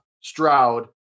Stroud